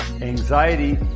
anxiety